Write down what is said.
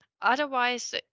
Otherwise